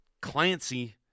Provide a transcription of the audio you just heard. Clancy